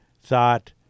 thought